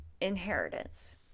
inheritance